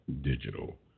digital